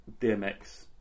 dmx